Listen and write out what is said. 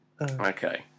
okay